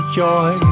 joy